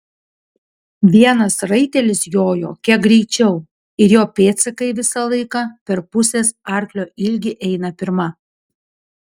vienas raitelis jojo kiek greičiau ir jo pėdsakai visą laiką per pusės arklio ilgį eina pirma